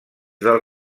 del